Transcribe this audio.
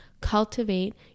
cultivate